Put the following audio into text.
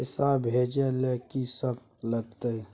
पैसा भेजै ल की सब लगतै?